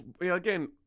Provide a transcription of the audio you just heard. again